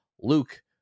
Luke